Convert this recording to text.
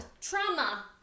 trauma